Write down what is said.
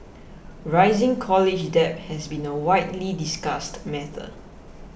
rising college debt has been a widely discussed method